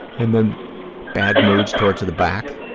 and then bad moods towards the back?